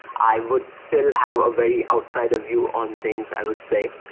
i would still have a very outsider view on things i would say.